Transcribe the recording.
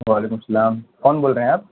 وعلیکم السلام کون بول رہے ہیں آپ